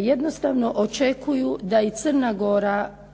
jednostavno očekuju da i Crna Gora